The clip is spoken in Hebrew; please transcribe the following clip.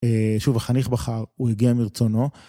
שוב, החניך בחר, הוא הגיע מרצונו.